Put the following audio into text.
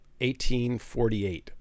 1848